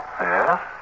Yes